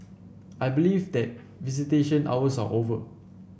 I believe that visitation hours are over